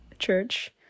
church